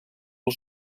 als